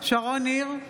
שרון ניר,